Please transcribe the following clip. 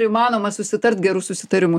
įmanoma susitart gerus susitarimus